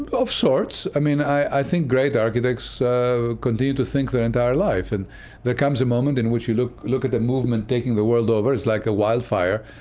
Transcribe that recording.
of sorts. i mean, i think great architects so continue to think their entire life. and there comes a moment in which you look look at the movement taking the world over. it's like a wildfire.